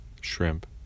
Shrimp